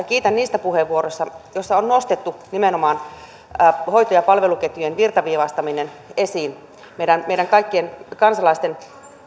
kiitän niistä puheenvuoroista joissa on nostettu nimenomaan hoito ja palveluketjujen virtaviivaistaminen esiin meidän meidän kaikkien kansalaisten